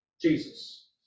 Jesus